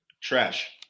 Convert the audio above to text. Trash